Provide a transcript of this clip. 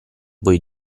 voi